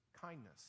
kindness